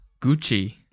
Gucci